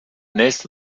nächste